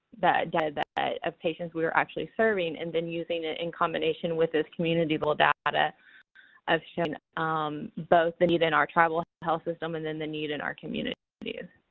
data of patients we were actually serving and then using it in combination with this community-level data of showing um both the need in our tribal health system and then the need in our communities.